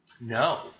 No